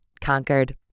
conquered